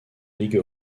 ligue